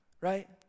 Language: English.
right